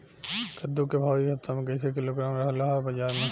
कद्दू के भाव इ हफ्ता मे कइसे किलोग्राम रहल ह बाज़ार मे?